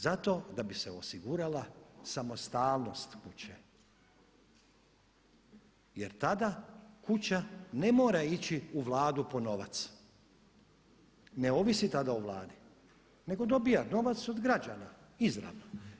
Zato da bi se osigurala samostalnost kuće jer tada kuća ne mora ići u Vladu po novac, ne ovisi tada o Vladi nego dobiva novac od građana, izravno.